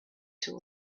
too